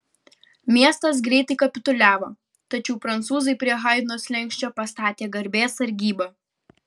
miestas greitai kapituliavo tačiau prancūzai prie haidno slenksčio pastatė garbės sargybą